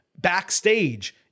backstage